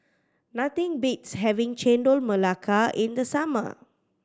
nothing beats having Chendol Melaka in the summer